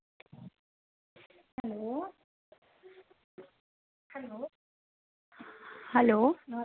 hello